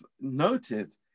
noted